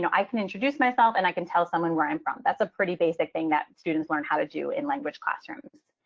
i can introduce myself and i can tell someone where i'm from. that's a pretty basic thing that students learn how to do in language classrooms.